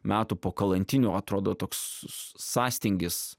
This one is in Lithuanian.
metų po kalantinių atrodo toks sąstingis